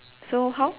so how